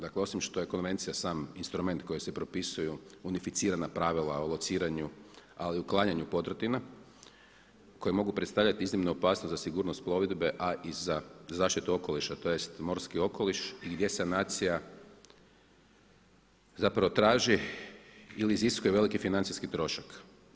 Dakle osim što je Konvencija sam instrument kojim se propisuju unificirana pravila o lociranju ali i uklanjanju podrtina koje mogu predstavljati iznimnu opasnost za sigurnost plovidbe a i za zaštitu okoliša, tj. morski okoliš i gdje sanacija zapravo traži ili iziskuje veliki financijski trošak.